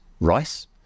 Rice